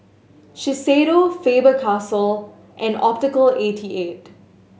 Shiseido Faber Castell and Optical eighty eight